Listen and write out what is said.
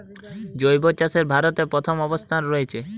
জৈব চাষে ভারত প্রথম অবস্থানে রয়েছে